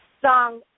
Song